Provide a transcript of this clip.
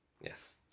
Yes